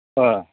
अँ